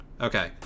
Okay